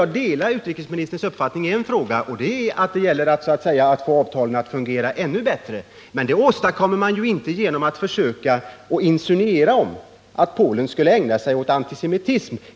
Sedan delar jag utrikesministerns uppfattning i ett avseende, nämligen att det gäller att få avtalet att fungera ännu bättre. Men det åstadkommer man inte genom att insinuera att Polen skulle ägna sig åt antisemitism.